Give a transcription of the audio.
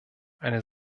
eine